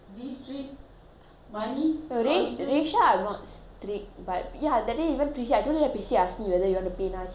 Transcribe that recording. no rei~ reisha I'm not strict but ya that day even prissy I told you right prissy ask me whether you want to pay now I say don't need to pay now lah pay me at the end of the month